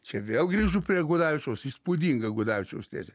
čia vėl grįžtu prie gudavičiaus įspūdinga gudavičiaus tezė